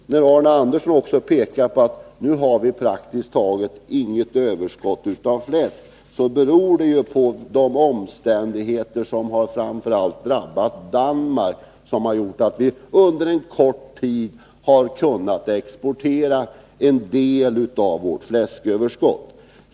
Arne Andersson i Ljung pekade på att vi nu i stort sett inte har något överskott av fläsk. Det beror på de omständigheter som framför allt har drabbat Danmark och som har gjort att vi, under en kort tid, har kunnat exportera en del av vårt fläsköverskott.